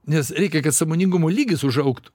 nes reikia kad sąmoningumo lygis užaugtų